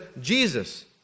Jesus